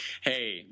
hey